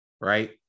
right